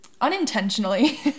unintentionally